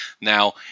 Now